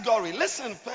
listen